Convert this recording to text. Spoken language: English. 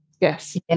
yes